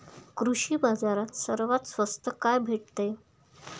कृषी बाजारात सर्वात स्वस्त काय भेटते?